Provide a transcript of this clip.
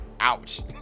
ouch